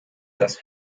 dass